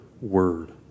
word